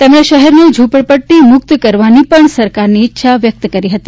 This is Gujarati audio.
તેમણે શહેરને ઝૂંપડપટ્ટી મુક્ત કરવાની પણ સરકારની ઇચ્છા વ્યક્ત કરી હતી